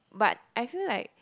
but I feel like